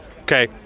Okay